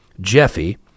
Jeffy